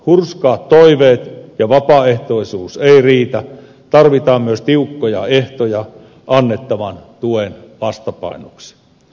hurskaat toiveet ja vapaaehtoisuus eivät riitä tarvitaan myös tiukkoja ehtoja annettavan tuen vastapainoksi